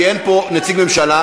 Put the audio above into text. כי אין פה נציג ממשלה,